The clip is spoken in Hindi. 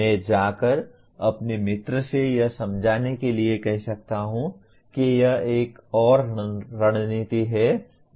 मैं जा कर अपने मित्र से यह समझाने के लिए कह सकता हूं कि यह एक और रणनीति है